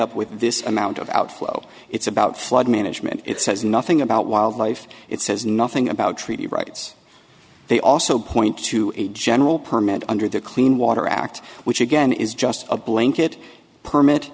up with this amount of outflow it's about flood management it says nothing about wildlife it says nothing about treaty rights they also point to a general permit under the clean water act which again is just a blanket permit